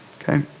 Okay